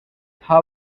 how